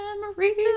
Memories